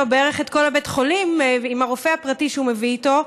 בערך את כל בית החולים עם הרופא הפרטי שהוא מביא איתו,